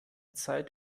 zeit